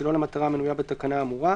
שלא למטרה המנויה בתקנה האמורה"."